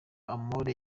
amore